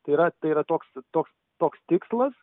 tai yra tai yra toks toks toks tikslas